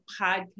podcast